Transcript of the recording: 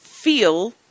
feel